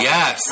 Yes